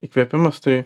įkvėpimas tai